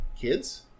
kids